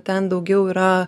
ten daugiau yra